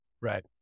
Right